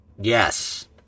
Yes